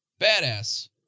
badass